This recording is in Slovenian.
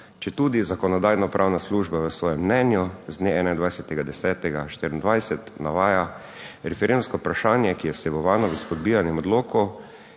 Četudi Zakonodajno-pravna služba v svojem mnenju z dne 21. 10. 2024 navaja, referendumsko vprašanje, ki je vsebovano v izpodbijanem odloku